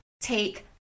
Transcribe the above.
take